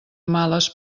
males